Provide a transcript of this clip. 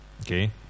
Okay